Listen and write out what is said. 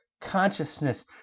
consciousness